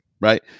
right